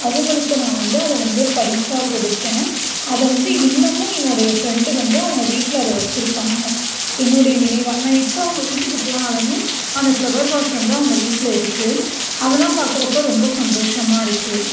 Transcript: அவங்களுக்கு நான் வந்து அதை வந்து பரிசாக கொடுத்தேன் அதை வந்து இன்னமும் என்னுடைய ஃப்ரெண்டு வந்து அவங்க வீட்டில அதை வச்சிருக்காங்கள் என்னுடைய நினைவாக நான் இப்போ அவங்க வீட்டுக்கு போனாலுமே அந்த ஃப்ளவர் வாஷ் வந்து அவங்க வீட்டில இருக்குது அதெல்லாம் பார்க்குறப்ப ரொம்ப சந்தோஷமாக இருக்குது